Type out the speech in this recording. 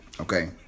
okay